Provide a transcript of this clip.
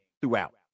throughout